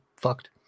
fucked